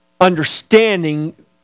understanding